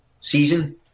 season